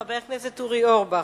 חבר הכנסת אורי אורבך.